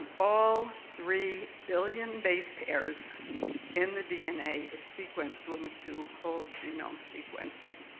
all three billion base pairs in the dna is sequenced when we do whole genome sequencing.